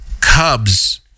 Cubs